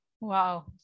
Wow